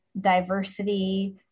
diversity